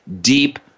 deep